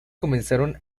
comenzaron